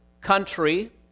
country